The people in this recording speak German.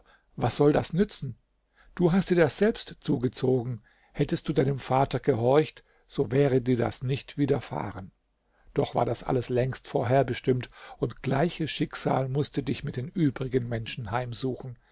was soll das nützen du hast dir das selbst zugezogen hättest du deinem vater gehorcht so wäre dir das nicht widerfahren doch war das alles längst vorher bestimmt und gleiches schicksal mußte dich mit den übrigen menschen heimsuchen